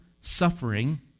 suffering